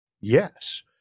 Yes